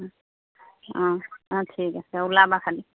অঁ অঁ অঁ ঠিক আছে ওলাবা খালি